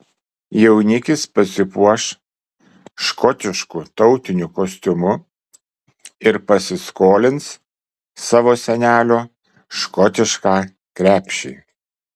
jaunikis pasipuoš škotišku tautiniu kostiumu ir pasiskolins savo senelio škotišką krepšį